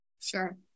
Sure